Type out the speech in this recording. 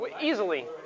Easily